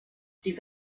sie